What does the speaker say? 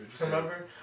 Remember